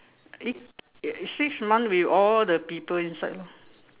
it it six months with all the people inside lor